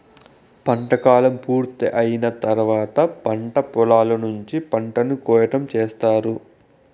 పంట కాలం పూర్తి అయిన తర్వాత పంట పొలాల నుంచి పంటను కోయటం చేత్తారు